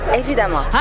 évidemment